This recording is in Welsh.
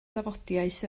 dafodiaith